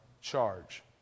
charge